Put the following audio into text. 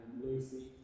Lucy